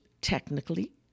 technically